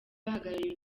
bahagarariye